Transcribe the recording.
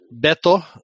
Beto